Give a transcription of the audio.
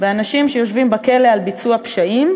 באנשים שיושבים בכלא על ביצוע פשעים,